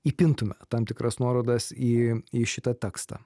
įpintume tam tikras nuorodas į į šitą tekstą